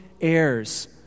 heirs